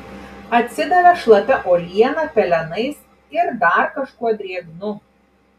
atsidavė šlapia uoliena pelenais ir dar kažkuo drėgnu